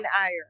iron